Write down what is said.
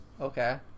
Okay